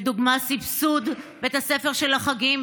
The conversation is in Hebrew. לדוגמה סבסוד בית הספר של החגים,